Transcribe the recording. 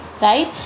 right